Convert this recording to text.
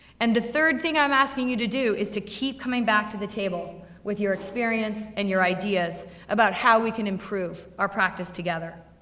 and the third thing i'm asking you to do, is to keep coming back to the table with your experience and your ideas about how we can improve our practice together.